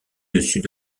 dessus